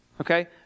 Okay